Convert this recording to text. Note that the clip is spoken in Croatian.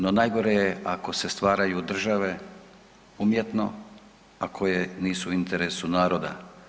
No, najgore je ako se stvaraju države umjetno a koje nisu u interesu naroda.